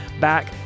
back